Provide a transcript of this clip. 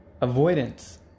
avoidance